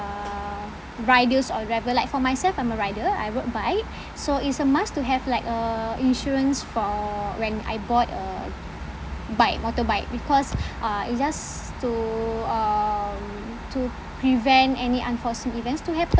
riders or driver like for myself I'm a rider I rode bike so it's a must to have like uh insurance for when I bought a bike motorbike because uh it's just to uh to prevent any unforeseen events to happen